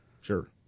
Sure